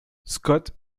scott